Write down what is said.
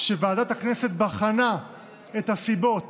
שוועדת הכנסת בחנה את הסיבות